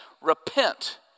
Repent